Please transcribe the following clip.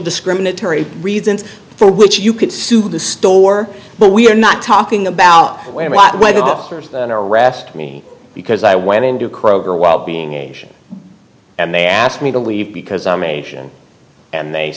discriminatory reasons for which you could sue the store but we're not talking about where the officers arrested me because i went into kroger while being asian and they asked me to leave because i'm asian and they